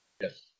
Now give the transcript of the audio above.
Yes